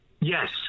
Yes